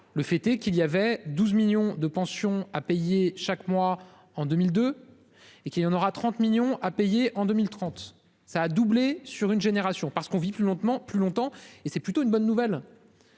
Le fait est qu'il y avait 12 millions de pensions à payer chaque mois en 2002 et qu'il y en aura 30 millions à payer en 2030 ça a doublé sur une génération parce qu'on vit plus lentement, plus longtemps et c'est plutôt une bonne nouvelle.